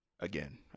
Again